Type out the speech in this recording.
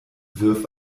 wirf